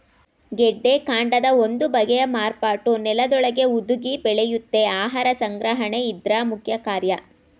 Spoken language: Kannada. ಗೆಡ್ಡೆಕಾಂಡದ ಒಂದು ಬಗೆಯ ಮಾರ್ಪಾಟು ನೆಲದೊಳಗೇ ಹುದುಗಿ ಬೆಳೆಯುತ್ತೆ ಆಹಾರ ಸಂಗ್ರಹಣೆ ಇದ್ರ ಮುಖ್ಯಕಾರ್ಯ